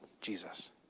Jesus